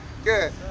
Good